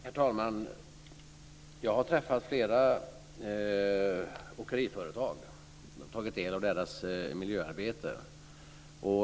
Herr talman! Jag har träffat flera åkeriföretag och tagit del av deras miljöarbete.